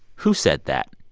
who said that?